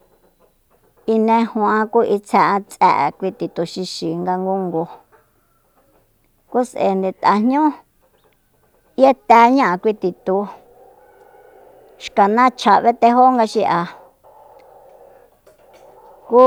inejiun'an ku itsje'an ts'e'e kui titu xixi nga ngugnu ku s'ae nde tajñú 'yetéñá'a kui titu xka nachja b'etejónga xi'a ku